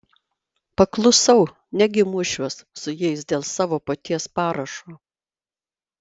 paklusau negi mušiuos su jais dėl savo paties parašo